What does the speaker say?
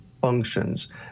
functions